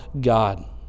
God